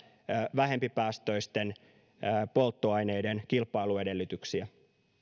vähempipäästöisten polttoaineiden kilpailuedellytyksiä